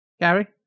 Gary